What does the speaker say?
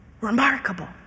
Remarkable